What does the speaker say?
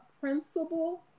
principal